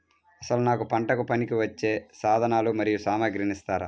అసలు నాకు పంటకు పనికివచ్చే సాధనాలు మరియు సామగ్రిని ఇస్తారా?